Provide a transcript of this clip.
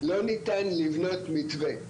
לא ניתן לבנות מתווה.